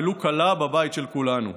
ולו קלה, בבית של כולנו.